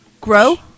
Grow